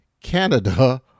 Canada